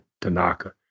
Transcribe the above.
Tanaka